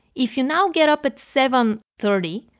if you now get up at seven thirty,